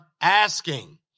asking